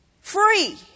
Free